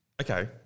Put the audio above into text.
okay